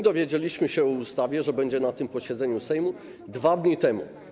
Dowiedzieliśmy się, że ustawa będzie na tym posiedzeniu Sejmu 2 dni temu.